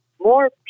more